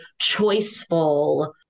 choiceful